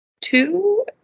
two